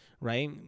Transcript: right